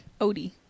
Odie